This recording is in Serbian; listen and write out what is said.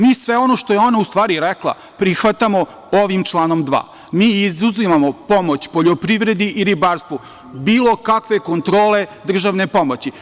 Mi sve ono što je ona u stvari rekla prihvatamo ovim članom 2. Mi izuzimamo pomoć poljoprivredi i ribarstvu, bilo kakve kontrole državne pomoći.